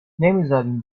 نمیزارین